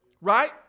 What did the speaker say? Right